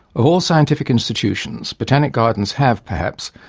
of all scientific institutions botanic gardens have, perhaps,